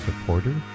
supporter